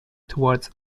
towards